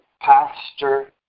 pastor